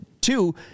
two